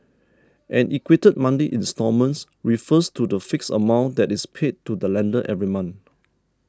an equated monthly instalments refers to the fixed amount that is paid to the lender every month